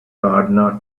gardener